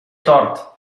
tort